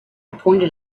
pointed